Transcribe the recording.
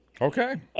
Okay